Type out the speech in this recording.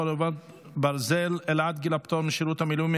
חרבות ברזל) (העלאת גיל הפטור משירות מילואים),